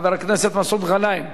חבר הכנסת מסעוד גנאים.